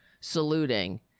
saluting